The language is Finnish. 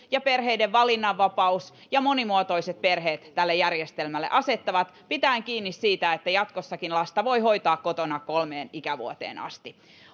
ja perheiden valinnanvapaus ja monimuotoiset perheet tälle järjestelmälle asettavat pitäen kiinni siitä että jatkossakin lasta voi hoitaa kotona kolmeen ikävuoteen asti